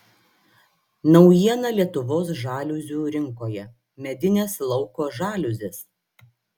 naujiena lietuvos žaliuzių rinkoje medinės lauko žaliuzės